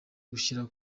gushyira